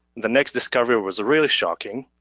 the next discovery was really shocking.